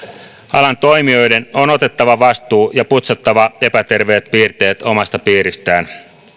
alan toimijoiden on otettava vastuu ja putsattava epäterveet piirteet omasta piiristään